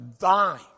thine